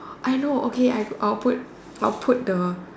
I know okay I will put I will put the